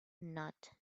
not